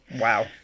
Wow